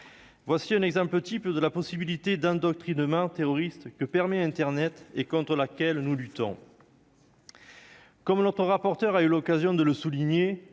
Voilà un exemple type de l'endoctrinement terroriste que permet internet et contre lequel nous luttons. Comme notre rapporteur a eu l'occasion de le souligner,